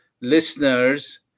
listeners